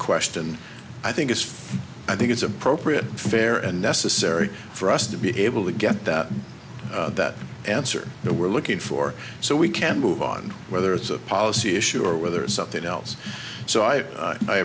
question i think it's fair i think it's appropriate fair and necessary for us to be able to get that that answer that we're looking for so we can move on whether it's a policy issue or whether it's something else so i